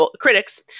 critics